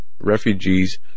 refugees